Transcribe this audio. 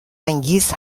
انگیز